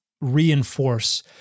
reinforce